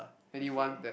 okay